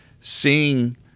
seeing